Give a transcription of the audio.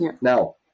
Now